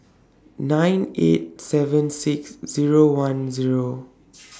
nine eight seven six Zero one Zero